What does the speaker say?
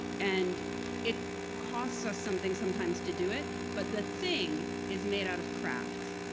and it costs us something sometimes to do it. but the thing is made out of craft.